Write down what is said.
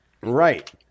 Right